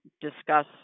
discuss